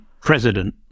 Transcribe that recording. president